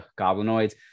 goblinoids